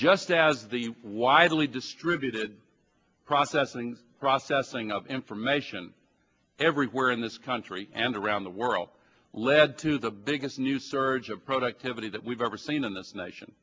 just as the widely distributed processing processing of information everywhere in this country and around the world led to the biggest new surge of productivity that we've ever seen in this nation